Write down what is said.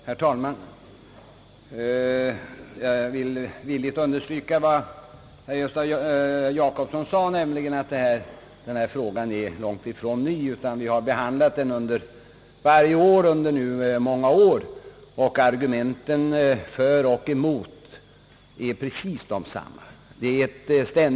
Herr talman! Jag vill livligt understryka vad herr Gösta Jacobsson sade om att denna fråga är långt ifrån ny. Vi har behandlat den varje år under lång tid, och argumenten för och emot är precis desamma.